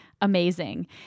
amazing